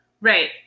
Right